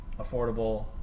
affordable